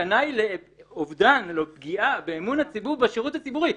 הסכנה היא לאובדן או פגיעה באמון הציבור בשירות הציבורי.